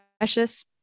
precious